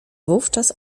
wówczas